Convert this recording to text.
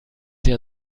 sie